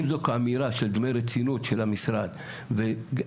אם זו אמירה של דמי רצינות של המשרד והבעת